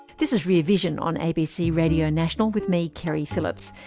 this is rear vision on abc radio national, with me, keri phillips.